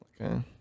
Okay